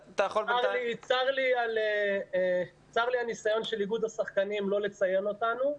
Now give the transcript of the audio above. צר לי על ניסיון איגוד השחקנים לא לציין אותנו.